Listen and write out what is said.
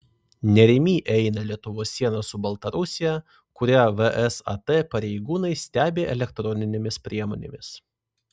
nerimi eina lietuvos siena su baltarusija kurią vsat pareigūnai stebi elektroninėmis priemonėmis